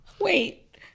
wait